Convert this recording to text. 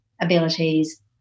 abilities